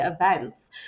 events